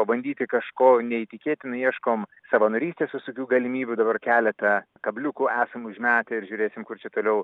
pabandyti kažko neįtikėtinai ieškom savanorystės visokių galimybių dabar keletą kabliukų esam užmetę ir žiūrėsim kur čia toliau